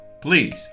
please